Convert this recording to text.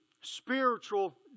spiritual